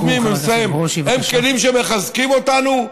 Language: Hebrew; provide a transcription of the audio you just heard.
יוזמים הם כלים שמחזקים אותנו,